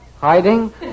Hiding